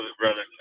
brother